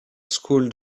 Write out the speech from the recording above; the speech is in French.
school